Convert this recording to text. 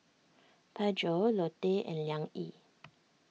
Pedro Lotte and Liang Yi